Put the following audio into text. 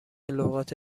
لغات